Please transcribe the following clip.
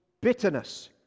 bitterness